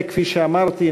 כפי שאמרתי,